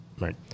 Right